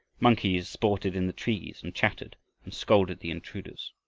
monkeys sported in the trees and chattered and scolded the intruders.